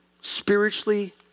Spiritually